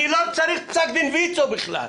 אני לא צריך פסק דין ויצו בכלל.